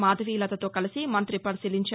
మాధవిలతతో కలిసి మంత్రి పరిశీలించారు